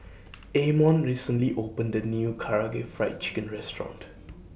Amon recently opened A New Karaage Fried Chicken Restaurant